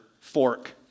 fork